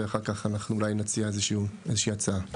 ואחר-כך אנחנו אולי נציע איזושהי הצעה.